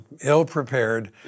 ill-prepared